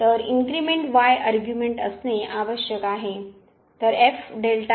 तर increment y argument असणे आवश्यक आहे